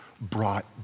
brought